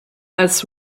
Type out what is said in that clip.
als